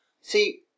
See